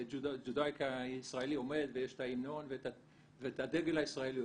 שג'ודאיקה ישראלי עומד ויש את ההמנון ואת הדגל הישראלי,